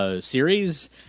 Series